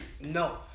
no